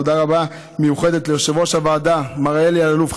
תודה רבה מיוחדת ליושב-ראש הוועדה מר אלי אלאלוף,